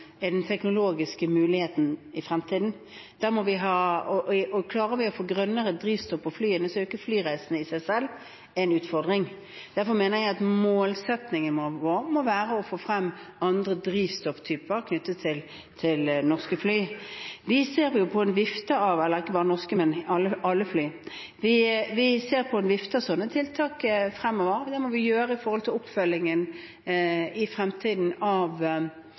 er teknologisk mulig i fremtiden. Klarer vi å få grønnere drivstoff på flyene, er ikke flyreisene i seg selv en utfordring. Derfor mener jeg at målsettingen vår må være å få frem andre drivstofftyper knyttet til norske fly – ikke bare norske, men alle fly. Vi ser på en vifte av slike tiltak fremover. Det må vi gjøre knyttet til oppfølgingen i fremtiden av